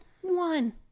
one